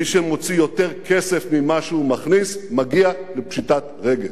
מי שמוציא יותר כסף ממה שהוא מכניס מגיע לפשיטת רגל.